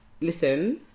listen